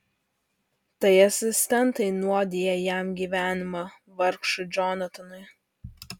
tai asistentai nuodija jam gyvenimą vargšui džonatanui